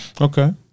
Okay